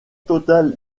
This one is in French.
totale